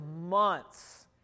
months